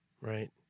Right